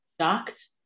Shocked